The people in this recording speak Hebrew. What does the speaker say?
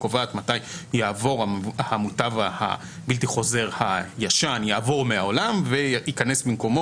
וקובעת מתי יעבור מהעולם המוטב הבלתי חוזר הישן וייכנס במקומו